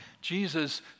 Jesus